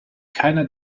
keiner